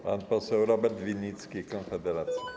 Pan poseł Robert Winnicki, Konfederacja.